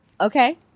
Okay